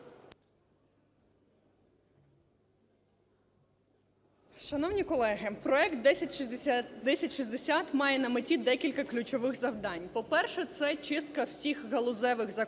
Шановні колеги, проект 1060 має на меті декілька ключових завдань. По-перше, це чистка всіх галузевих законів,